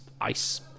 ice